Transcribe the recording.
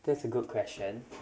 that's a good question